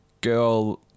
girl